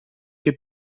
che